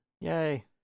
Yay